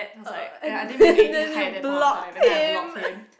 uh and then then you blocked him